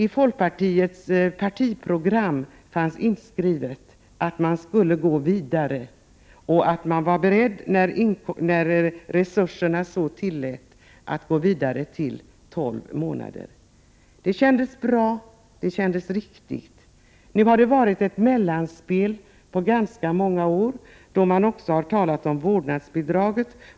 I folkpartiets partiprogram fanns inskrivet att man skulle gå vidare och att man var beredd när resurserna så tillät, att gå vidare till tolv månader. Det kändes bra, det kändes riktigt. Nu har det varit ett mellanspel på ganska många år, då man också har talat om vårdnadsbidrag.